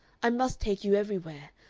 i must take you everywhere.